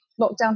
lockdown